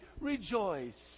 Rejoice